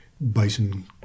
bison